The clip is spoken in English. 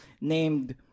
Named